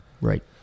Right